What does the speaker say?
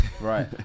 Right